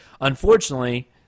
Unfortunately